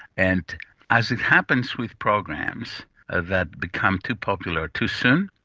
and as it happens with programs that become too popular too soon,